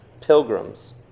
pilgrims